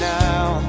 now